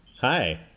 Hi